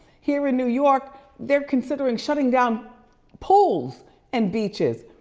here in new york they're considering shutting down pools and beaches.